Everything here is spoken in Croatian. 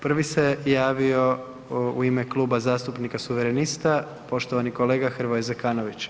Prvi se javio u ime Kluba zastupnika suverenista poštovani kolega Hrvoje Zekanović.